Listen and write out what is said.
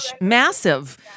massive